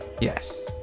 Yes